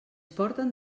porten